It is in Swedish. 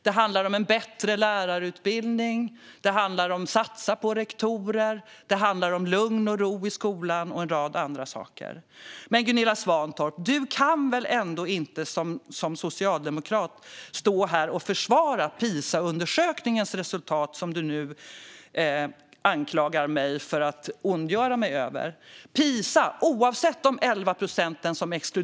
Det handlar också om en bättre lärarutbildning, om att satsa på rektorer, om lugn och ro i skolan och om en rad andra saker. Som socialdemokrat, Gunilla Svantorp, kan du väl ändå inte stå här och försvara PISA undersökningens resultat, som du nu anklagar mig för att ondgöra mig över? I PISA exkluderades 11 procent.